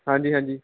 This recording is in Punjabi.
ਹਾਂਜੀ ਹਾਂਜੀ